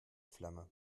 flamme